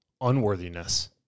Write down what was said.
unworthiness